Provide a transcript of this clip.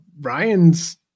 Ryan's